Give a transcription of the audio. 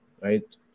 right